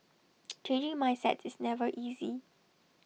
changing mindsets is never easy